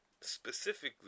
specifically